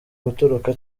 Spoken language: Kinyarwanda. gutoroka